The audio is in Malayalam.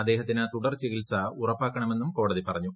അദ്ദേഹത്തിന് തുടർ ചികിത്സ ഉറപ്പാക്കണമെന്നും കോടതി പറഞ്ഞു